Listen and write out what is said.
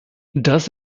das